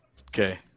Okay